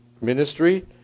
ministry